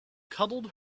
cuddled